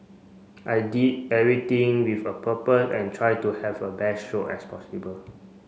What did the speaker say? I did everything with a purpose and try to have a best stroke as possible